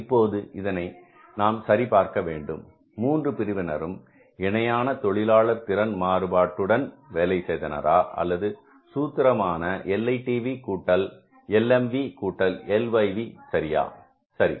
இப்போது இதனை நாம் சரி பார்க்க வேண்டும் மூன்று பிரிவினரும் இணையான தொழிலாளர் திறன் மாறுபாடுடன் வேலை செய்தனரா அல்லது சூத்திர மான LITV கூட்டல் LMV கூட்டல் LYV சரி